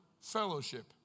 fellowship